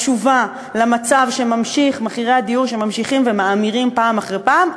בתשובה למצב שמחירי הדיור ממשיכים ומאמירים פעם אחר פעם?